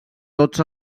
tots